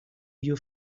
your